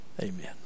amen